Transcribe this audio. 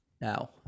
Now